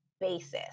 basis